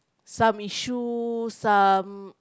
some issue some